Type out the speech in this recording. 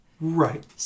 Right